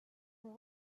ont